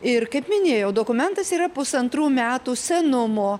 ir kaip minėjau dokumentas yra pusantrų metų senumo